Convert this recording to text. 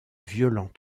violents